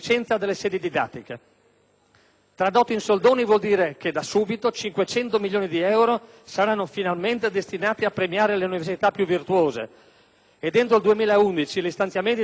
Tradotto in soldoni, ciò vuol dire che, da subito, 500 milioni di euro saranno finalmente destinati a premiare le università più virtuose. Entro il 2011 gli stanziamenti destinati agli atenei meritevoli